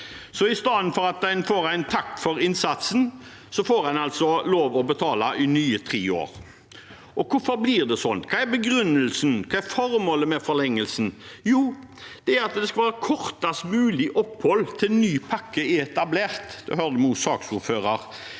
Istedenfor at en får en takk for innsatsen, får en altså lov til å betale i nye tre år. Hvorfor blir det sånn? Hva er begrunnelsen? Hva er formålet med forlengelsen? Jo, det er at det skal være kortest mulig opphold til ny pakke er etablert. Det hørte vi også saksordføreren